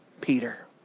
Peter